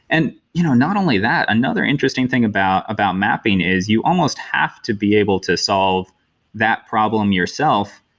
and you know not only that, another interesting thing about about mapping is you almost have to be able to solve that problem yourself.